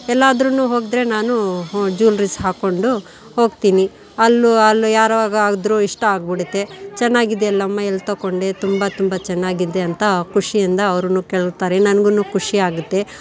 ಎಲ್ಲಾದ್ರೂನು ಹೋದರೆ ನಾನು ಜ್ಯುಲ್ರಿಸ್ ಹಾಕ್ಕೊಂಡು ಹೋಗ್ತೀನಿ ಅಲ್ಲು ಅಲ್ಲು ಯಾರಿಗಾದ್ರೂ ಇಷ್ಟ ಆಗ್ಬಿಡುತ್ತೆ ಚೆನ್ನಾಗಿದೆಯಲ್ಲಮ್ಮ ಎಲ್ಲಿ ತೊಗೊಂಡೆ ತುಂಬ ತುಂಬ ಚೆನ್ನಾಗಿದೆ ಅಂತ ಖುಷಿಯಿಂದ ಅವ್ರೂನು ಕೇಳ್ತಾರೆ ನನಗೂನು ಖುಷಿ ಆಗುತ್ತೆ